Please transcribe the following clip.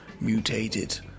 mutated